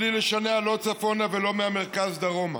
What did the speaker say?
בלי לשנע לא צפונה ולא מהמרכז דרומה.